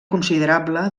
considerable